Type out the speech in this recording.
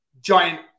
giant